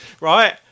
Right